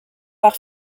par